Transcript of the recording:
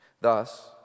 Thus